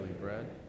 bread